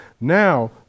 Now